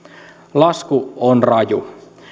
lasku on raju